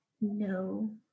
No